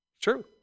true